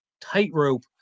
tightrope